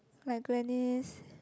like Glenis